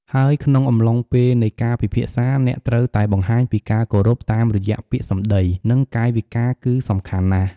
ហើយក្នុងអំឡុងពេលនៃការពិភាក្សា អ្នកត្រូវតែបង្ហាញពីការគោរពតាមរយៈពាក្យសម្ដី និងកាយវិការគឺសំខាន់ណាស់។